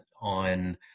on